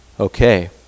Okay